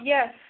Yes